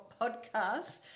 podcast